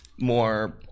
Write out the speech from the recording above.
more